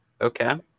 Okay